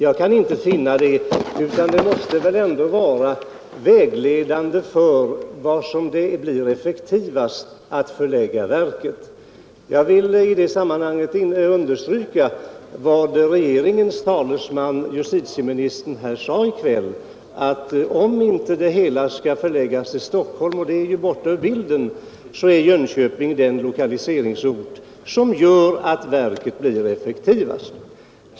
Jag kan inte finna annat än att det vägledande ändå måste vara var det blir effektivast att förlägga verket. Jag vill i sammanhanget understryka vad regeringens talesman, justitieministern, sade i kväll, nämligen att om verket inte skall förläggas till Stockholm — och det är ju borta ur bilden — är Jönköping den lokaliseringsort som gör att verket blir effektivast.